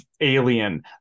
alien